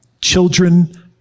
Children